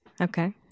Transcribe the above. Okay